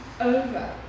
over